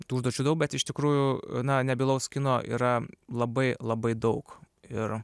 tų užduočių daug bet iš tikrųjų na nebylaus kino yra labai labai daug ir